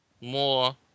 more